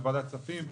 בוועדת הכספים.